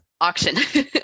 auction